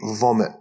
vomit